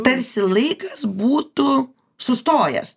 tarsi laikas būtų sustojęs